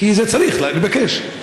כי צריך לבקש.